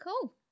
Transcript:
Cool